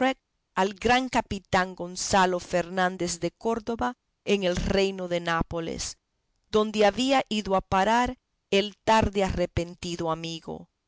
al gran capitán gonzalo fernández de córdoba en el reino de nápoles donde había ido a parar el tarde arrepentido amigo